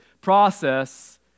process